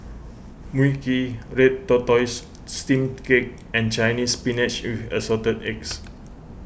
Mui Kee Red Tortoise Steamed Cake and Chinese Spinach with Assorted Eggs